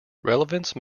relevance